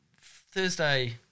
Thursday